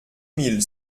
mille